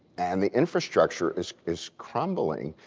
and the infrastructure is is crumbling.